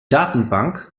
datenbank